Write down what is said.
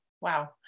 Wow